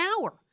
hour